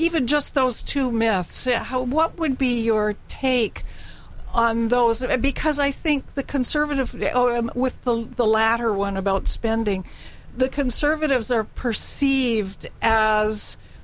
even just those two meth say what would be your take on those of it because i think the conservative with the the latter one about spending the conservatives are perceived as